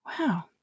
Wow